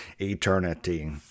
eternity